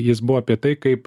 jis buvo apie tai kaip